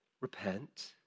repent